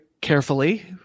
carefully